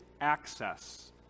access